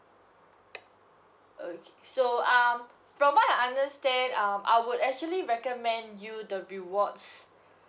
okay so um from what I understand um I would actually recommend you the rewards